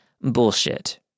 bullshit